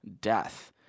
death